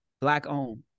Black-owned